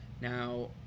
now